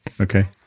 Okay